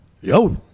yo